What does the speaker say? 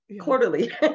Quarterly